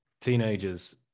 teenagers